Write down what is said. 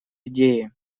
идеи